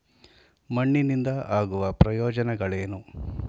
ಮಣ್ಣಿನಿಂದ ಆಗುವ ಪ್ರಯೋಜನಗಳೇನು?